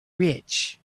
rich